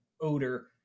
odor